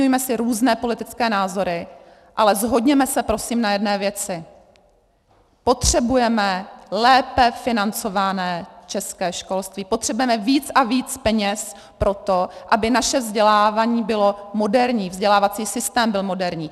Vyměňujme si různé politické názory, ale shodněme se prosím na jedné věci potřebujeme lépe financované české školství, potřebujeme víc a víc peněz pro to, aby naše vzdělávání bylo moderní, vzdělávací systém byl moderní.